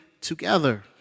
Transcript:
together